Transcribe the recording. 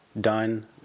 done